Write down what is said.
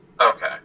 Okay